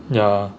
ya